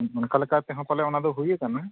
ᱚᱱᱠᱟ ᱞᱮᱠᱟ ᱛᱮᱦᱚᱸ ᱯᱟᱞᱮᱱ ᱚᱱᱟ ᱫᱚ ᱦᱩᱭ ᱟᱠᱟᱱᱟ